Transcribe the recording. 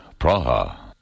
Praha